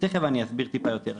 תיכף אני אסביר טיפה יותר.